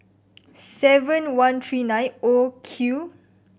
seven one three nine O Q